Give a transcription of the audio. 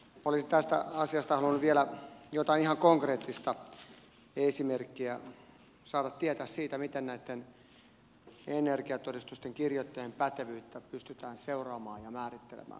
olisin tästä asiasta halunnut vielä saada tietää jotain ihan konkreettista esimerkkiä siitä miten näitten energiatodistusten kirjoittajien pätevyyttä pystytään seuraamaan ja määrittelemään